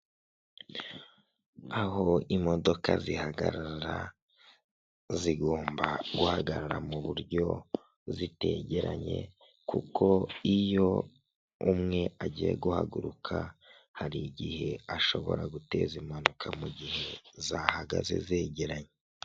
Aho imodoka zihagarara zigomba guhagarara mu buryo zitegeranye, kuko iyo umwe agiye guhaguruka hari igihe ashobora guteza impanuka mu gihe zahagaze zegeranye.